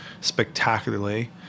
spectacularly